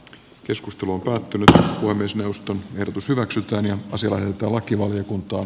keskustelu voi tapahtua myös jouston ehdotus hyväksytään ja pasilan kalkkivaliokuntaa